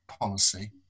policy